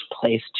place